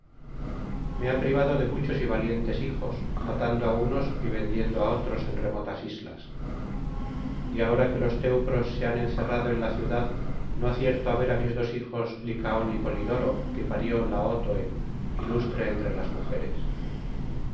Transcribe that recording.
me ha privado de muchos y valientes hijos matando á unos y vendiendo á otros en remotas islas y ahora que los teneros se han encerrado en la ciudad no acierto á ver á mis dos hijos licaón y polidoro que parió laótoe ilustre entre las mujeres